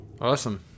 Awesome